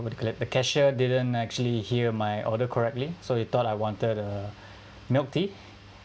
what you call that the cashier didn't actually hear my order correctly so they thought I wanted a milk tea